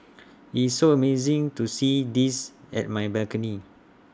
it's so amazing to see this at my balcony